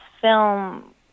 film